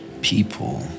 people